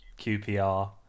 qpr